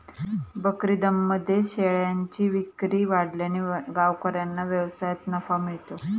बकरीदमध्ये शेळ्यांची विक्री वाढल्याने गावकऱ्यांना व्यवसायात नफा मिळतो